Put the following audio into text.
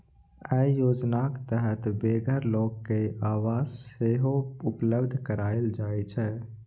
अय योजनाक तहत बेघर लोक कें आवास सेहो उपलब्ध कराएल जाइ छै